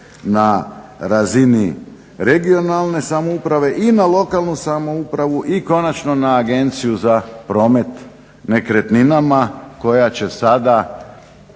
na razini regionalne samouprave i na lokalnu samoupravu i konačno na Agenciju za promet nekretninama koja će sada